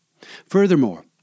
Furthermore